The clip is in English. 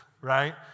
right